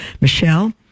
Michelle